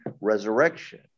resurrection